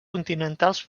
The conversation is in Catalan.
continentals